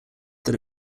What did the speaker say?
that